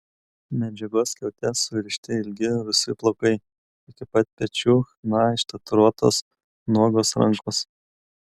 medžiagos skiaute surišti ilgi rusvi plaukai iki pat pečių chna ištatuiruotos nuogos rankos